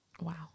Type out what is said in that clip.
Wow